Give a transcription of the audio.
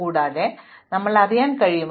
കൂടാതെ ഞങ്ങൾക്ക് അറിയാൻ കഴിയുമോ